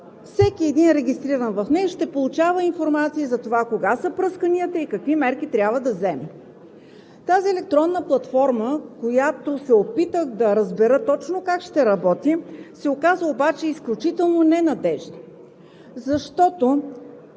всеки един регистриран в нея ще получава информация за това кога са пръсканията и какви мерки трябва да вземе. Тази електронна платформа, която се опитах да разбера точно как ще работи, се оказа обаче изключително ненадеждна, защото